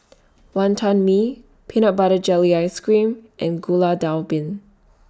Wonton Mee Peanut Butter Jelly Ice Cream and Gulai Daun Ubi